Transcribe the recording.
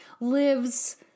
lives